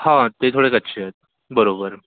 हा ते थोडे कच्चे आहेत बरोबर